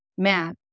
map